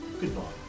goodbye